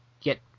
get